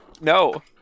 No